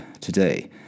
today